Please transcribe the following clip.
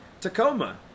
Tacoma